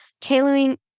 tailoring